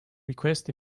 request